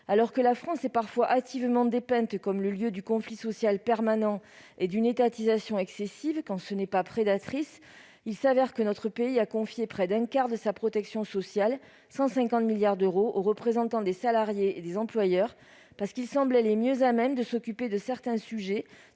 Alors que la France est parfois hâtivement dépeinte comme le lieu du conflit social permanent et d'une étatisation excessive- quand ce n'est pas prédatrice -, il s'avère que notre pays a confié près d'un quart de sa protection sociale, 150 milliards d'euros, aux représentants des salariés et des employeurs parce qu'ils semblaient les mieux à même de s'occuper de certains sujets